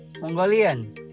Mongolian